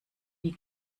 nie